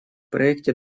проекте